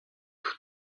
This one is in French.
tout